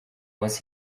was